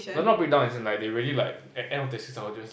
but not breakdown as in like they really like end of thirty six hours just